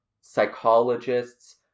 psychologists